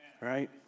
right